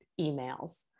emails